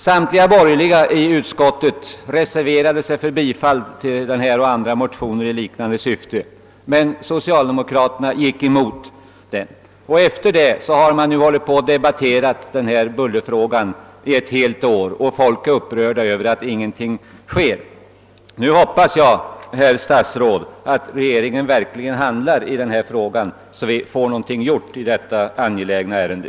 Samtliga borgerliga ledamöter i utskottet reserverade sig för bifall till denna och andra motioner i samma syfte, men socialdemokraterna gick emot dem. Därefter har man debatterat bullerfrågan i ett helt år, och folk är upprörda över att ingenting sker. Nu hoppas jag, herr statsråd, att regeringen verkligen handlar, så att vi får någonting gjort i detta angelägna ärende.